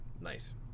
nice